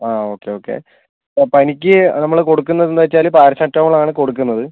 okay okay ഇപ്പോൾ പനിക്ക് നമ്മൾ കൊടുക്കുന്നതെന്ന് വെച്ചാല് പാരസെറ്റമോളാണ് കൊടുക്കുന്നത്